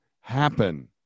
happen